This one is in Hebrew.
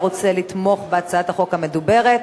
אך בהחלט היה רוצה לתמוך בהצעת החוק המדוברת.